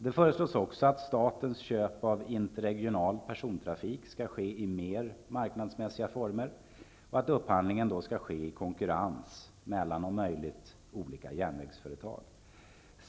Det föreslås också att statens köp av interregional persontrafik skall ske i mer marknadsmässiga former och att upphandlingen då skall ske i konkurrens mellan om möjligt olika järnvägsföretag.